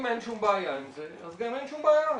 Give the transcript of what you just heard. אם אין שום בעיה עם זה, אז גם אין שום בעיה.